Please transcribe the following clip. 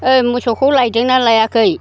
ओइ मोसौखौ लायदोंना लायाखै